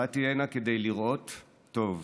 באתי הנה כדי לראות טוב,